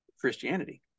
Christianity